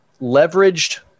leveraged